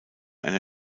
einer